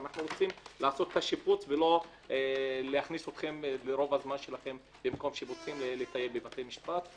ואנחנו רוצים לעשות את השיפוץ ולא שברוב הזמן שלכם תטיילו בבתי משפט,